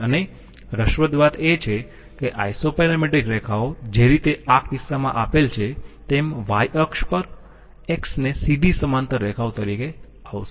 અને રસપ્રદ વાત એ છે કે આઈસોપેરેમેટ્રિક રેખાઓ જે રીતે આ કિસ્સામાં આપેલ છે તેમ y અક્ષ પર x ને સીધી સમાંતર રેખાઓ તરીકે આવશે